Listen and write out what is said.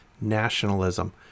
nationalism